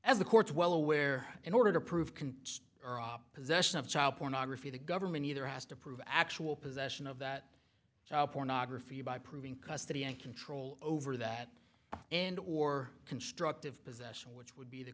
the courts well aware in order to prove can possession of child pornography the government either has to prove actual possession of that child pornography by proving custody and control over that and or constructive possession which would be the